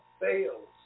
fails